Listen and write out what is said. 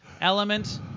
element